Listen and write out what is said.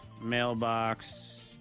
mailbox